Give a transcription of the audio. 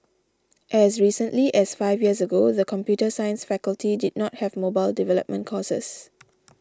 as recently as five years ago the computer science faculty did not have mobile development courses